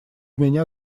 меня